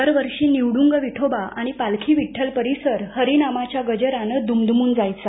दरवर्षी निवड्गं विठोबा आणि पालखी विठ्ठल परिसर हरीनामाच्या गजरानं दुमदुमुन जायचा